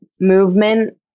movement